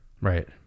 Right